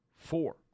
four